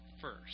first